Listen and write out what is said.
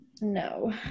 No